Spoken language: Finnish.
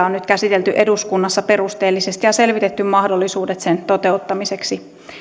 on nyt käsitelty eduskunnassa perusteellisesti ja selvitetty mahdollisuudet sen toteuttamiseksi